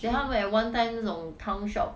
then 他们 at one time 这种 town shop